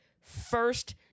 first